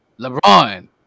LeBron